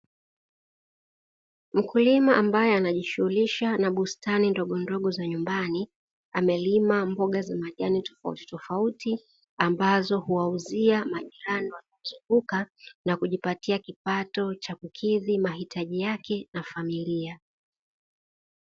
Mkulima ambaye anajishughulisha na bustani ndogondogo za nyumbani, amelima mboga za majani tofautitofauti ambazo huwauzia majirani wakivuka na kujipatia kipato cha kukidhi mahitaji yake na familia.